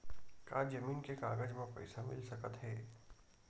का जमीन के कागज म पईसा मिल सकत हे?